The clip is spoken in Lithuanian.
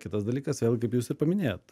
kitas dalykas vėlgi kaip jūs ir paminėjot